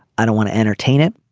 i don't want to entertain it.